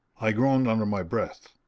i groaned under my breath,